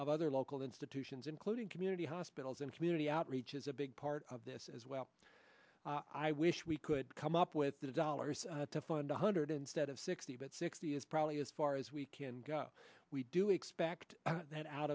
other local institutions including community hospitals and community outreach is a big part of this as well i wish we could come up with the dollars to fund one hundred instead of sixty but sixty is probably as far as we can go we do expect that out